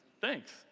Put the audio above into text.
thanks